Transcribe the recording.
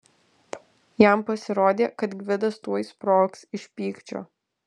jam pasirodė kad gvidas tuoj sprogs iš pykčio